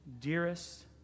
dearest